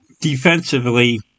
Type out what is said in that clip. Defensively